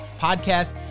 podcast